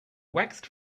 waxed